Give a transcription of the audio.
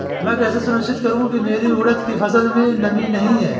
मैं कैसे सुनिश्चित करूँ की मेरी उड़द की फसल में नमी नहीं है?